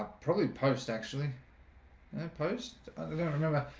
probably post actually that post remember